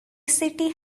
city